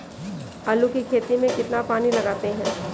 आलू की खेती में कितना पानी लगाते हैं?